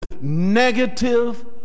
negative